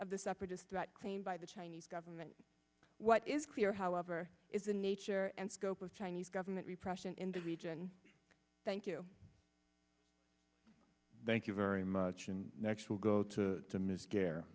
of the separatist about claims by the chinese government what is clear however is the nature and scope of chinese government repression in the region thank you thank you very much and next we'll go to t